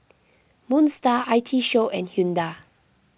Moon Star I T Show and Hyundai